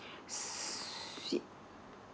suite